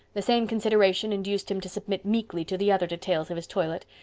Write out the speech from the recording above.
the same consideration induced him to submit meekly to the other details of his toilet,